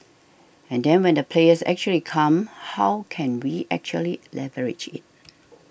and then when the players actually come how can we actually leverage it